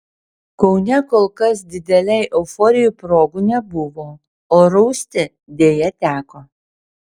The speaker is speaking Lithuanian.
kaune kol kas didelei euforijai progų nebuvo o rausti deja teko